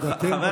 שלנו.